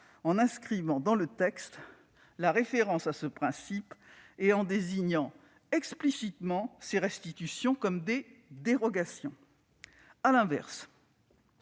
en inscrivant dans le texte la référence à ce principe et en désignant explicitement ces restitutions comme des dérogations. À l'inverse,